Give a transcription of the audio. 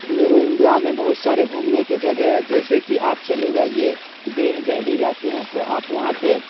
میرے انڈیا میں بہت سارے گھومنے کے جگہ ہے جیسے کہ آپ چلے جائیے دہلی جاتے ہیں تو آپ وہاں پہ